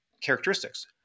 characteristics